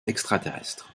extraterrestre